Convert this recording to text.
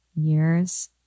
years